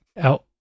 out